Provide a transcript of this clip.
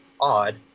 odd